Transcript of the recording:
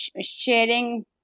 sharing